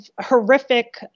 horrific